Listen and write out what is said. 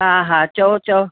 हा हा चओ चओ